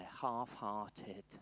half-hearted